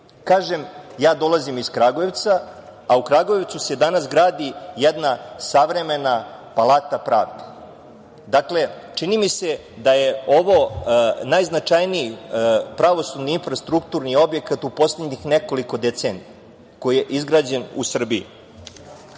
Kažem, ja dolazim iz Kragujevca, a u Kragujevcu se danas gradi jedna savremena Palata pravde. Dakle, čini mi se da je ovo najznačajniji pravosudni infrastrukturni objekat u poslednjih nekoliko decenija koji je izgrađen u Srbiji. Kada